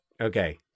okay